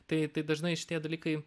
tai tai dažnai šitie dalykai